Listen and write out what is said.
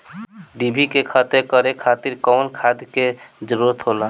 डिभी के खत्म करे खातीर कउन खाद के जरूरत होला?